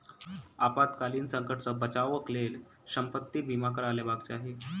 आपातकालीन संकट सॅ बचावक लेल संपत्ति बीमा करा लेबाक चाही